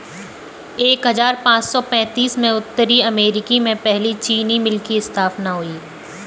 एक हजार पाँच सौ पैतीस में उत्तरी अमेरिकी में पहली चीनी मिल की स्थापना हुई